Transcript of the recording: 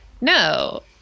no